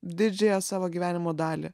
didžiąją savo gyvenimo dalį